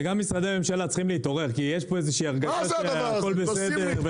וגם משרדי הממשלה צריכים להתעורר כי יש פה איזושהי הרגשה שהכל בסדר,